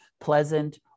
pleasant